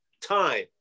time